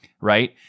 right